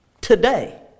today